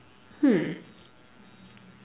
hmm